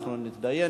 אנחנו נתדיין,